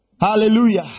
Hallelujah